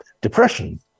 depression